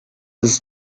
his